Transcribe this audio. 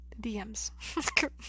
DMs